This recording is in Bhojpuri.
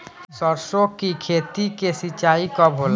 सरसों की खेती के सिंचाई कब होला?